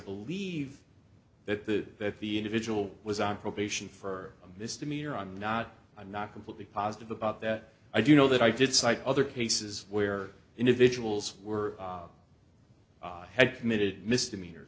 believe that the individual was on probation for this demeanor i'm not i'm not completely positive about that i do know that i did cite other cases where individuals were had committed misdemeanor